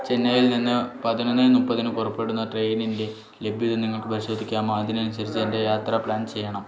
ചെന്നൈയിൽ നിന്ന് പതിനൊന്ന് മുപ്പതിന് പുറപ്പെടുന്ന ട്രെയിനിൻ്റെ ലഭ്യത നിങ്ങൾക്ക് പരിശോധിക്കാമോ അതിനനുസരിച്ച് എൻ്റെ യാത്ര പ്ലാൻ ചെയ്യണം